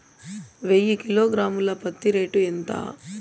వెయ్యి కిలోగ్రాము ల పత్తి రేటు ఎంత?